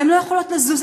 והן לא יכולות לזוז,